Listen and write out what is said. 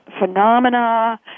phenomena